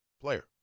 player